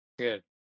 Good